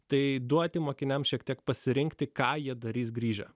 tai duoti mokiniams šiek tiek pasirinkti ką jie darys grįžę